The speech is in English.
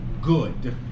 good